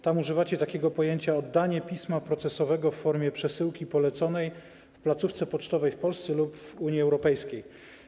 Tam używacie takiego sformułowania: oddanie pisma procesowego w formie przesyłki poleconej w placówce pocztowej w Polsce lub w Unii Europejskiej.